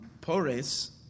pores